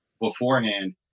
beforehand